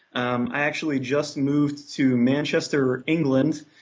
um i actually just moved to manchester, england,